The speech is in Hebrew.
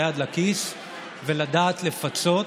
את היד לכיס ולדעת לפצות.